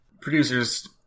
Producers